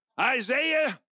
Isaiah